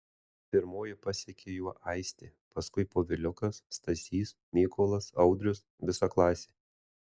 pirmoji pasekė juo aistė paskui poviliukas stasys mykolas audrius visa klasė